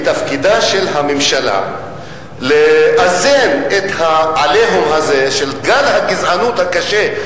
מתפקידה של הממשלה לאזן את ה"עליהום" הזה של גל הגזענות הקשה,